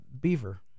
beaver